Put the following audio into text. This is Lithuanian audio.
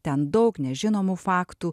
ten daug nežinomų faktų